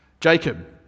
Jacob